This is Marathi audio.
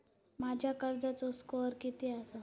माझ्या कर्जाचो स्कोअर किती आसा?